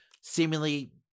seemingly